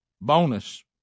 bonus